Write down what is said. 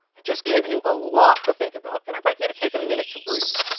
i just gave you a lot to think about, and i'd like you to take a minute to breathe.